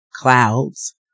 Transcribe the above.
clouds